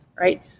right